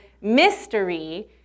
mystery